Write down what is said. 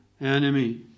enemy